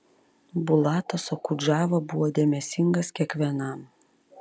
bulatas okudžava buvo dėmesingas kiekvienam